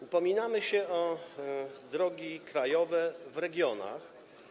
Upominamy się o drogi krajowe w regionach.